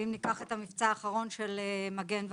ואם ניקח את המבצע האחרון של מגן וחץ.